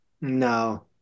no